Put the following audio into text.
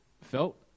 felt